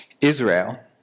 israel